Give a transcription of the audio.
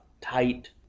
tight